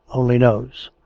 only knows.